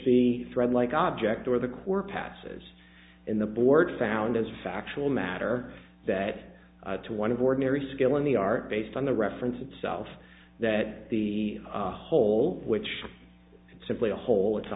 the thread like object or the core passes in the board found as factual matter that to one of ordinary skill in the art based on the reference itself that the whole which is simply a hole it's a